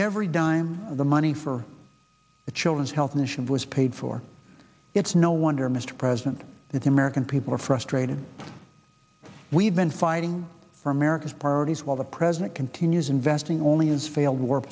every dime of the money for the children's health mission was paid for it's no wonder mr president that the american people are frustrated we've been fighting for america's priorities while the president continues investing only has failed war